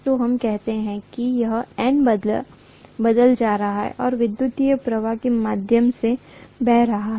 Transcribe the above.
तो हम कहते हैं कि यह N बदल जाता है और विद्युत प्रवाह I के माध्यम से बह रहा है